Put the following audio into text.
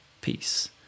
Peace